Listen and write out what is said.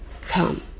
come